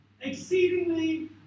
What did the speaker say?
exceedingly